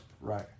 Right